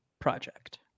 project